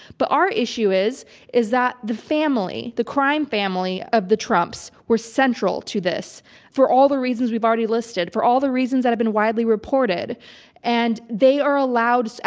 but our issue is is that the family, the crime family of the trumps were central to this for all the reasons we've already listed, for all the reasons that have been widely reported and they are allowed,